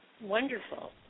Wonderful